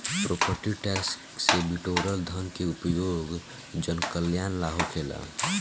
property tax से बिटोरल धन के उपयोग जनकल्यान ला होखेला